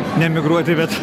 ne emigruoti bet